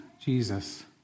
Jesus